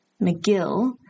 McGill